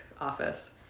office